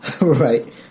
Right